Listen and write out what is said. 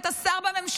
אתה שר בממשלה,